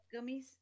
gummies